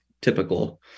typical